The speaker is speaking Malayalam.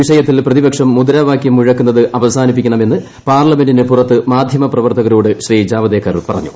വിഷയത്തിൽ പ്രതിപക്ഷം മുദ്രാവാക്യം മുഴക്കുന്നത് അവസാനിപ്പിക്കണമെന്ന് പാർലമെന്റിന് പുറത്ത് മാധ്യമപ്രവർത്തകരോട് ശ്രീ ജാവദേക്കർ പറഞ്ഞു